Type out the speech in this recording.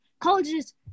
colleges